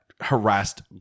harassed